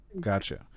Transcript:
Gotcha